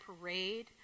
parade